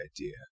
idea